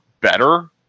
better